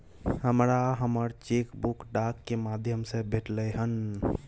हमरा हमर cheque book डाक के माध्यम से भेटलय हन